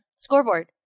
scoreboard